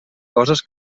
coses